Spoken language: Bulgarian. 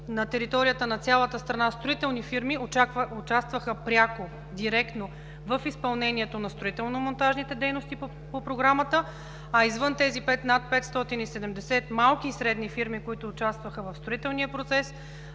на територията на цялата страна участваха пряко, директно в изпълнение на строително-монтажните дейности по Програмата, а извън тези над 570 малки и средни фирми, които участваха в строителния процес,